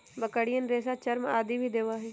बकरियन रेशा, चर्म आदि भी देवा हई